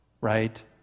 right